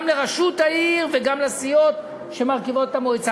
גם לראשות העיר וגם לסיעות שמרכיבות את המועצה.